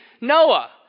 Noah